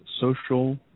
social